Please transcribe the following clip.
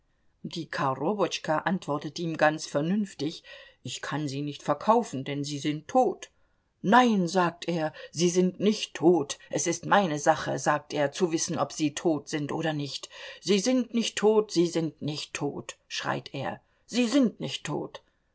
die korobotschka antwortet ihm ganz vernünftig ich kann sie nicht verkaufen denn sie sind tot nein sagt er sie sind nicht tot es ist meine sache sagt er zu wissen ob sie tot sind oder nicht sie sind nicht tot sie sind nicht tot schreit er sie sind nicht tot